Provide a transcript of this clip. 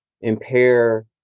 impair